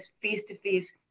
face-to-face